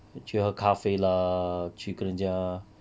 去喝咖啡 lah 去跟人家